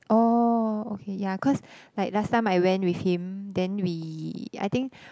oh okay ya cause like last time I went with him then we I think